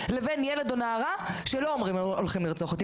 לבין ילד או נערה שלא אומרים "הולכים לרצוח אותי"?